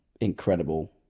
incredible